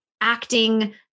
acting